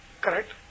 correct